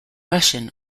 russian